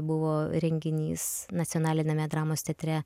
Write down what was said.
buvo renginys nacionaliniame dramos teatre